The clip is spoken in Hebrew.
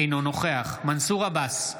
אינו נוכח מנסור עבאס,